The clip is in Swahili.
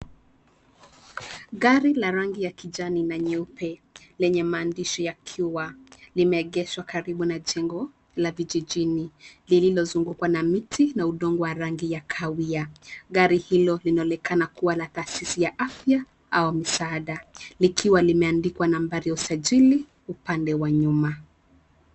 Gari la rangi ya kijani na nyeupe lenye maandishi yakiwa. Limeegeshwa karibu na jengo la vijijini lililozungukwa na miti na udongo wa rangi ya kahawia. Gari hilo linaonekana kuwa la taasisi ya afya au misaada likiwa limeandikwa nambari ya usajili upande wa nyuma.